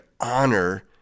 honor